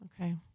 okay